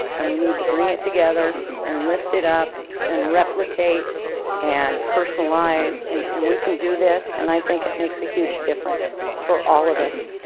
and we need to bring it together and lifted up and replicate and personalize and and we can do this. and i think it makes a huge difference for all of us.